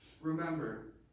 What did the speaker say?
Remember